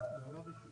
כי אין כזה דבר.